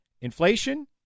Inflation